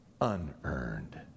unearned